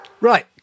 Right